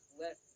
let